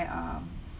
um